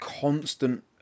constant